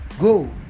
Go